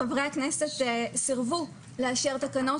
חברי הכנסת שסירבו לאשר תקנות